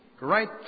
Right